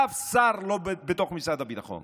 אף שר בתוך משרד הביטחון.